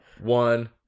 one